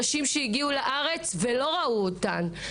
נשים שהגיעו לארץ ולא ראו אותן,